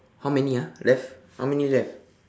how many ah left how many left